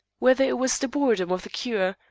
whether it was the boredom of the cure,